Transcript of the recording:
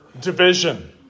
division